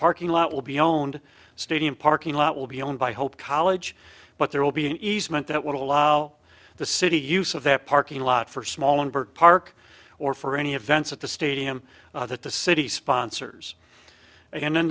parking lot will be owned stadium parking lot will be owned by hope college but there will be an easement that would allow the city use of the parking lot for small and park or for any events at the stadium that the city sponsors and in